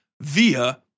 via